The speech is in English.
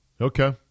Okay